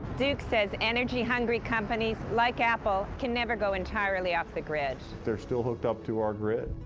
duke says energy hungry companies like apple can never go entirely off the grid. they're still hooked up to our grid.